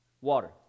water